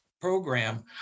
program